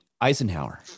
Eisenhower